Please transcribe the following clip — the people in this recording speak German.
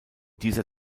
dieser